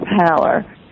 power